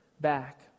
back